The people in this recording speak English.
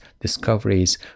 discoveries